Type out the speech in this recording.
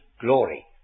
Glory